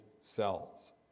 cells